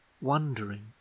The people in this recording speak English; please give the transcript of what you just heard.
wondering